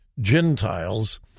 Gentiles